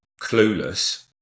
clueless